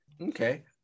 Okay